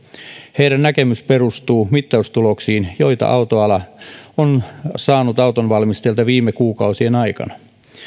heidän näkemyksensä perustuu mittaustuloksiin joita autoala on saanut autonvalmistajilta viime kuukausien aikana